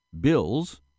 Bill's